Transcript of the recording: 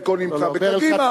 חלקו נמצא בקדימה,